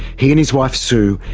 he and his wife, sue,